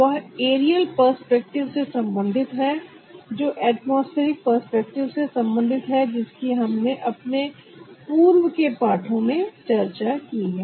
वह aerial perspective से संबंधित है जो एटमॉस्फेरिक पर्सपेक्टिव से संबंधित है जिसकी हमने अपने पूर्व के पाठों में चर्चा की है